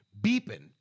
Beeping